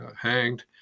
hanged